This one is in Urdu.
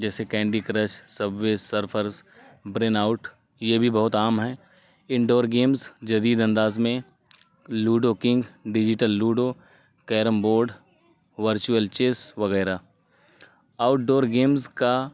جیسے candy crush subway surfers brain out یہ بھی بہت عام ہیں انڈور گیمز جدید انداز میں ludo king digital ludo carrom board virtual chess وغیرہ آؤٹ ڈور گیمز کا